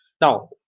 Now